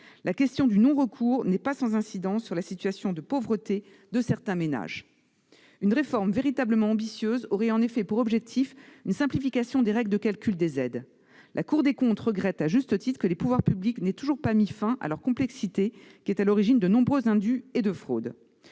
la question du non-recours n'est pas sans incidence sur la situation de pauvreté de certains ménages. Une réforme véritablement ambitieuse aurait pour objectif une simplification des règles de calcul des aides. La Cour des comptes regrette, à juste titre, que les pouvoirs publics n'aient toujours pas mis fin à la complexité de ces modes de calcul, à l'origine de nombreux indus et de fraudes.